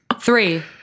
Three